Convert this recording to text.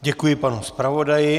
Děkuji panu zpravodaji.